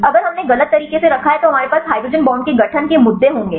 अगर हमने गलत तरीके से रखा है तो हमारे पास हाइड्रोजन बांड के गठन के मुद्दे इश्यूज होंगे